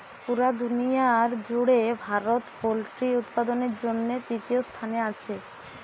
পুরা দুনিয়ার জুড়ে ভারত পোল্ট্রি উৎপাদনের জন্যে তৃতীয় স্থানে আছে